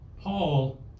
Paul